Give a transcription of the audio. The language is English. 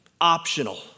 optional